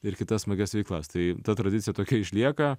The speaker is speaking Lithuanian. ir kitas smagias veiklas tai ta tradicija tokia išlieka